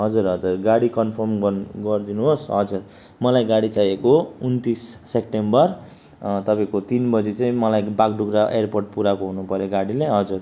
हजुर हजुर गाडी कन्फर्म गर्न गरिदिनुहोस् हजुर मलाई गाडी चाहिएको उनन्तिस सेप्टेम्बर तपाईँको तिन बजी चाहिँ मलाई बागडोग्रा एरपोर्ट पुऱ्याएको हुनुपऱ्यो गाडीले हजुर